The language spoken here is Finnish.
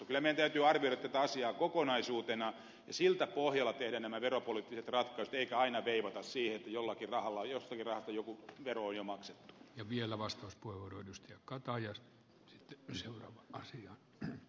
kyllä meidän täytyy arvioida tätä asiaa kokonaisuutena ja siltä pohjalta tehdä nämä veropoliittiset ratkaisut eikä aina veivata siihen että jostakin rahasta joku veroja maksa ja vielä vastaus puudutusta ja kaataa jos vero on jo maksettu